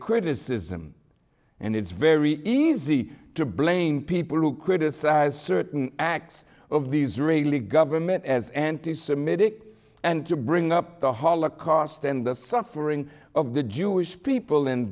criticism and it's very easy to blame people who criticize certain acts of these really government as anti semitic and to bring up the holocaust and the suffering of the jewish people and